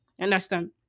Understand